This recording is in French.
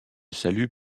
salut